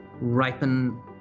ripen